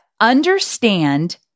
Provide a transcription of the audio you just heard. understand